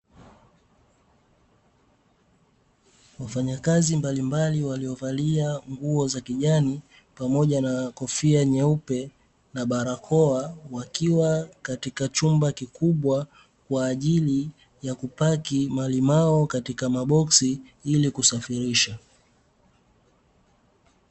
Wafanyakazi mbalimbali waliovalia nguo za kijani pamoja na kofia nyeupe na barakoa wakiwa katika chumba kikubwa kwa ajili ya kupaki malimao katika maboksi ili kusafirisha.